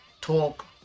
talk